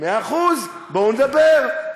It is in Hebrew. מאה אחוז, בואו נדבר.